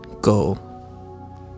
go